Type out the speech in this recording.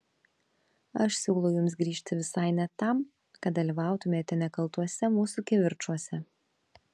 aš siūlau jums grįžti visai ne tam kad dalyvautumėte nekaltuose mūsų kivirčuose